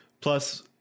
Plus